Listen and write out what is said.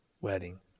wedding